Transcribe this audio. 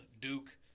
Duke